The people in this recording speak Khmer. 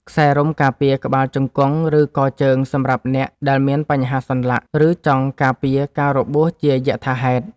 ខ្សែរុំការពារក្បាលជង្គង់ ឬកជើងសម្រាប់អ្នកដែលមានបញ្ហាសន្លាក់ ឬចង់ការពារការរបួសជាយថាហេតុ។